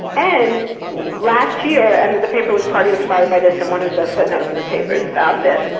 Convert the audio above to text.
and last year, and the paper was partly inspired by this and one of the footnotes in the paper is about this,